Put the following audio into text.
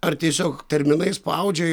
ar tiesiog terminai spaudžia